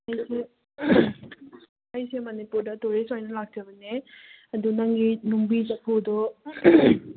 ꯑꯩꯁꯦ ꯃꯅꯤꯄꯨꯔꯗ ꯇꯨꯔꯤꯁ ꯑꯣꯏꯅ ꯂꯥꯛꯆꯕꯅꯦ ꯑꯗꯨ ꯅꯪꯒꯤ ꯅꯨꯡꯕꯤ ꯆꯐꯨꯗꯣ